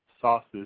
sauces